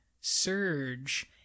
surge